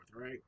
right